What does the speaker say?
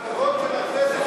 על כבוד הכנסת,